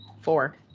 four